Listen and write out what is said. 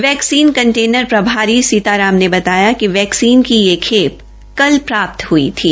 vaccine container प्रभारी सीता राम ने बताया कि वैक्सीन की यह खेल कल प्राप्त हुई थी